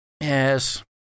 Yes